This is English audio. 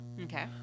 okay